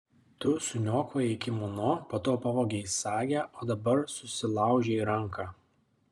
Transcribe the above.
tu suniokojai kimono po to pavogei sagę o dabar susilaužei ranką